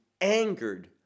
angered